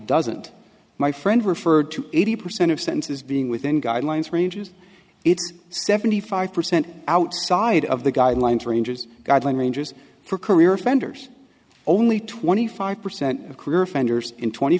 doesn't my friend referred to eighty percent of sentences being within guidelines ranges it's seventy five percent outside of the guidelines ranges guideline ranges for career offenders only twenty five percent of career offenders in twenty